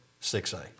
6A